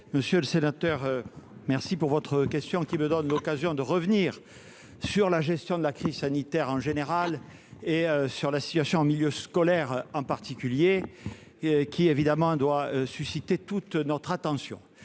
monsieur le sénateur, pour votre question, qui me donne l'occasion de revenir sur la gestion de la crise sanitaire, en général, et sur la situation en milieu scolaire, en particulier, laquelle doit évidemment mobiliser toute notre attention.